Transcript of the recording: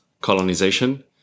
colonization